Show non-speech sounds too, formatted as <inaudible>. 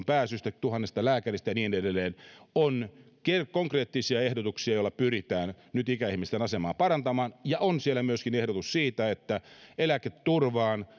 <unintelligible> pääsystä tuhannesta lääkäristä ja niin edelleen on konkreettisia ehdotuksia joilla pyritään nyt ikäihmisten asemaa parantamaan ja on siellä myöskin ehdotus siitä että eläketurvaan <unintelligible>